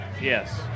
Yes